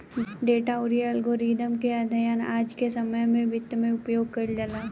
data अउरी algorithm के अध्ययन आज के समय में वित्त में उपयोग कईल जाला